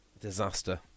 disaster